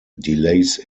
delays